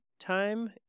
time